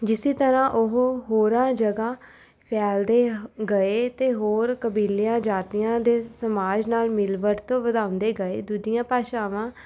ਜਿਸੀ ਤਰ੍ਹਾਂ ਉਹ ਹੋਰਾਂ ਜਗ੍ਹਾ ਫੈਲਦੇ ਗਏ ਅਤੇ ਹੋਰ ਕਬੀਲਿਆਂ ਜਾਤੀਆਂ ਦੇ ਸਮਾਜ ਨਾਲ ਮਿਲ ਵਰਤੋਂ ਵਧਾਉਂਦੇ ਗਏ ਦੂਜੀਆਂ ਭਾਸ਼ਾਵਾਂ